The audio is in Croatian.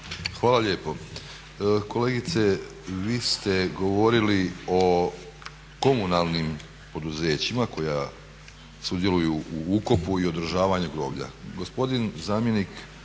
Hvala lijepo. Kolegice, vi ste govorili o komunalnim poduzećima koja sudjeluju u ukopu i održavanju groblja.